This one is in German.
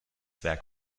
werk